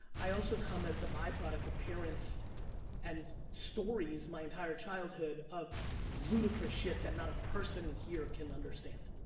i also come as the byproduct of parents and stories my entire childhood of ludicrous shit that not a person here can understand,